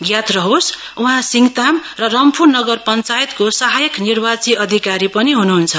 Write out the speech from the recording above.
ज्ञात रहोस् उहाँ सिङताम र रम्फू नगर पञ्चायतको सहायक निर्वाची अधिकारी पनि हुनुहुन्छ